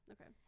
Okay